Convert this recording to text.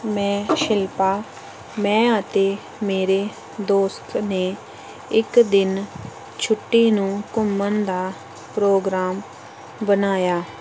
ਮੈਂ ਸ਼ਿਲਪਾ ਮੈਂ ਅਤੇ ਮੇਰੇ ਦੋਸਤ ਨੇ ਇੱਕ ਦਿਨ ਛੁੱਟੀ ਨੂੰ ਘੁੰਮਣ ਦਾ ਪ੍ਰੋਗਰਾਮ ਬਣਾਇਆ